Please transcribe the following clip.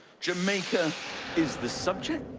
jamaica is the subject.